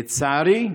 לצערי,